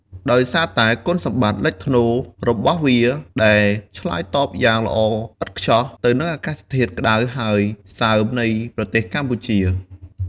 ដោយសារតែគុណសម្បត្តិលេចធ្លោរបស់វាដែលឆ្លើយតបយ៉ាងល្អឥតខ្ចោះទៅនឹងអាកាសធាតុក្ដៅហើយសើមនៃប្រទេសកម្ពុជា។